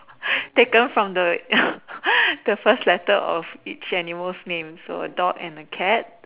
taken from the the first letter of each animal's name so a dog and a cat